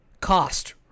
cost